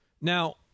Now